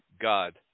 God